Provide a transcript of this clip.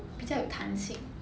比较有弹性